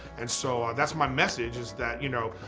and so that's my message is that, you know,